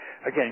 Again